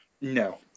No